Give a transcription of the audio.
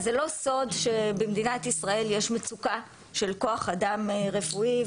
אז זה לא סוד שבמדינת ישראל יש מצוקה של כוח אדם רפואי.